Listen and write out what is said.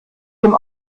dem